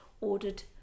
ordered